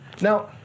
Now